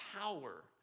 power